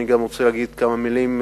אני גם רוצה להגיד כמה מלים,